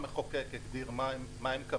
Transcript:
אני מחייג רק מטלפון כשר.